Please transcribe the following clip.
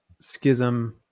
schism